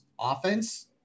offense